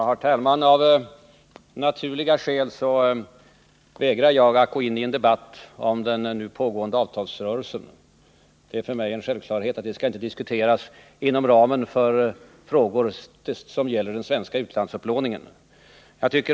Herr talman! Av naturliga skäl vägrar jag att gå in i en debatt om den nu pågående avtalsrörelsen. Det är för mig en självklarhet att den inte skall diskuteras inom ramen för frågor som gäller den svenska utlandsupplåningen.